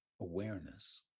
awareness